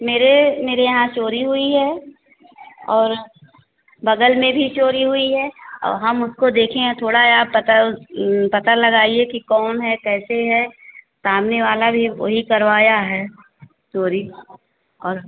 मेरे मेरे यहाँ चोरी हुई है और बगल में भी चोरी हुई है और हम उसको देखे हैं थोड़ा या आप पता पता लगाइए कि कौन है कैसे है सामने वाला भी वही करवाया है चोरी और